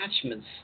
attachments